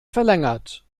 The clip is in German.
verlängert